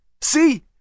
See